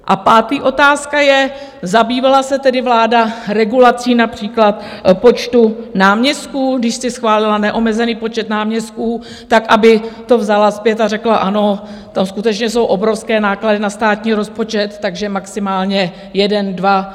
A pátá otázka je: Zabývala se tedy vláda regulací například počtu náměstků, když si schválila neomezený počet náměstků, aby to vzala zpět a řekla: Ano, tam skutečně jsou obrovské náklady na státní rozpočet, takže maximálně jeden, dva?